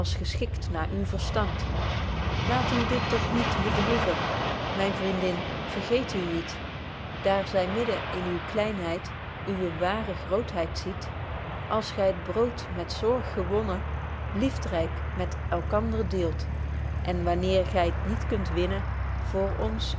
geschikt naar uw verstand laat u dit toch niet bedroeven myn vriendin vergeet u niet daar zy midden in uw kleinheid uwe waare grootheid ziet als gy t brood met zorg gewonnen liefdryk met elkander deelt en wanneer gy t niet kunt winnen voor ons